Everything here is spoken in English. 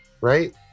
right